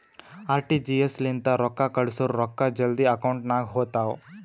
RTGS ಲಿಂತ ರೊಕ್ಕಾ ಕಳ್ಸುರ್ ರೊಕ್ಕಾ ಜಲ್ದಿ ಅಕೌಂಟ್ ನಾಗ್ ಹೋತಾವ್